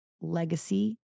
legacy